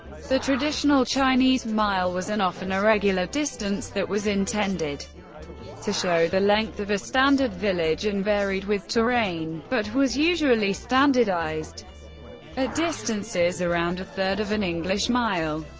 the traditional chinese mile was an often irregular distance that was intended to show the length of a standard village and varied with terrain, but was usually standardized at ah distances around a third of an english mile.